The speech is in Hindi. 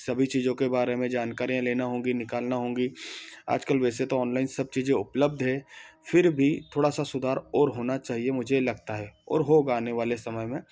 सभी चीजों के बारे में जानकारियाँ लेना होगी निकालना होंगी आज कल वैसे तो ऑनलाइन सब चीजें उपलब्ध हैं फिर भी थोड़ा सा सुधार और होना चाहिए मुझे लगता है और होगा आने वाले समय में